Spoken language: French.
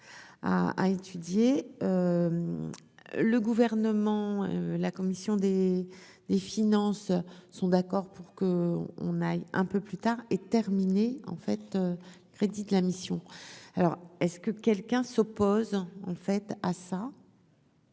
à étudier le gouvernement, la commission des des finances sont d'accord pour qu'on aille un peu plus tard et terminé en fait crédits de la mission alors est-ce que quelqu'un s'oppose, on